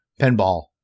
pinball